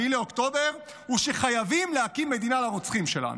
באוקטובר הוא שחייבים להקים מדינה לרוצחים שלנו.